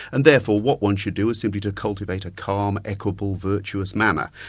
and therefore, what one should do is simply to cultivate a calm, equable, virtuous manner,